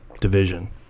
division